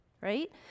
right